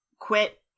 quit